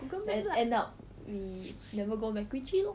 then end up we never go macritchie lor